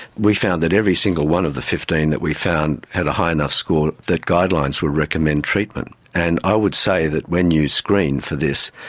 we found that every single one of the fifteen that we found had a high enough score that guidelines would recommend treatment. and i would say that when you screen for this,